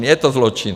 Je to zločin.